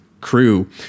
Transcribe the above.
crew